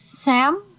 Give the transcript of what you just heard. Sam